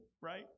right